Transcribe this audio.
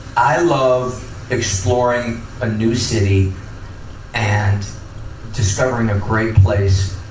i love exploring a new city and discovering a great place,